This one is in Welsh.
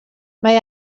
mae